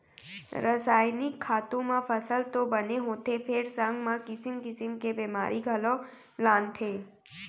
रसायनिक खातू म फसल तो बने होथे फेर संग म किसिम किसिम के बेमारी घलौ लानथे